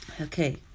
Okay